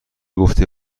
گفته